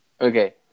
Okay